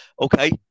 Okay